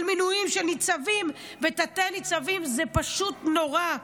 מינויים של ניצבים ותתי-ניצבים זה פשוט נורא,